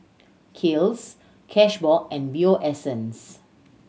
Kiehl's Cashbox and Bio Essence